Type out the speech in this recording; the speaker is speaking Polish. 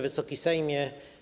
Wysoki Sejmie!